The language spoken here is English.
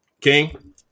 King